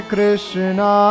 Krishna